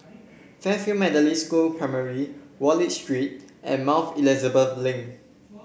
Fairfield Methodist School Primary Wallich Street and Mouth Elizabeth Link